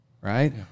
right